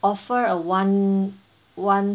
offer a one one